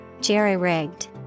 jerry-rigged